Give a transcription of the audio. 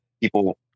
people